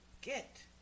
Get